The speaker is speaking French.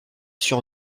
sur